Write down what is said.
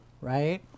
right